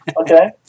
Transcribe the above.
Okay